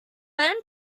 burn